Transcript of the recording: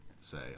say